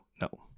no